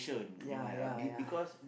ya ya ya ya